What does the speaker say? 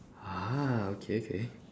ah okay okay